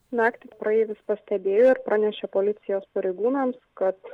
naktį praeivis pastebėjo ir pranešė policijos pareigūnams kad